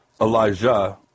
Elijah